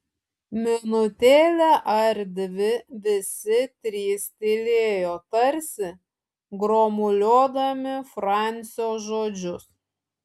minutėlę ar dvi visi trys tylėjo tarsi gromuliuodami francio žodžius